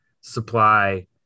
supply